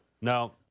No